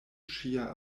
ŝia